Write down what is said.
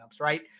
right